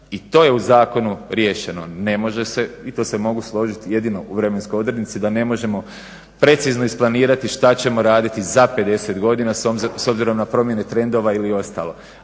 i to je u zakonu riješeno i to se mogu složit jedino u vremenskoj odrednici da ne možemo precizno isplanirati šta ćemo raditi za 50 godina s obzirom na promjene trendova ili ostalo,